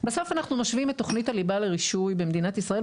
בסוף אנחנו משווים את תוכנית הליבה לרישוי במדינת ישראל,